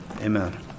amen